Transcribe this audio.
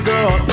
Girl